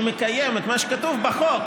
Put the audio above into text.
שמקיים את מה שכתוב בחוק.